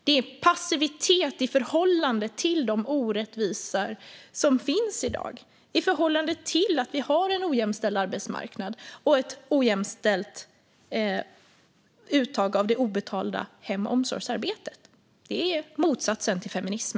Det är passivitet i förhållande till de orättvisor som finns i dag och i förhållande till att vi har en ojämställd arbetsmarknad och ett ojämställt uttag av det obetalda hem och omsorgsarbetet. Det är motsatsen till feminism.